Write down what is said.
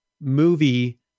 movie